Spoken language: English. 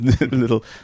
little